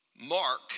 Mark